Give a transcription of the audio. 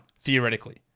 theoretically